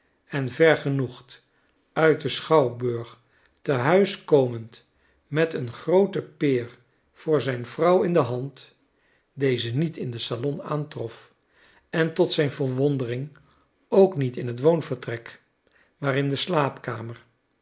en vergenoegd uit den schouwburg te huis komend met een groote peer voor zijn vrouw in de hand deze niet in het salon aantrof en tot zijn verwondering ook niet in het woonvertrek maar in de slaapkamer